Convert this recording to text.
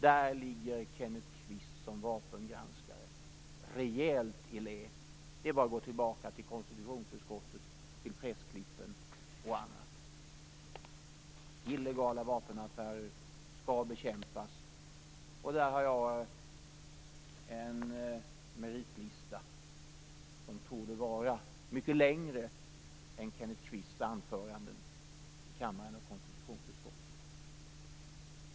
Där ligger Kenneth Kvist som vapengranskare rejält i lä. Det är bara att gå tillbaka till konstitutionsutskottet, till pressklippen och annat. Illegala vapenaffärer skall bekämpas, och där har jag en meritlista som torde vara mycket längre än Kenneth Kvists anföranden i kammaren och i konstitutionsutskottet.